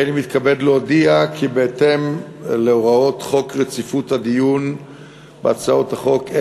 הריני מתכוון להודיע כי בהתאם להוראות חוק רציפות הדיון בהצעות החוק,